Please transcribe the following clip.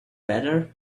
better